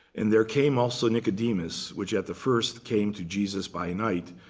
and there came also nicodemus, which at the first came to jesus by night,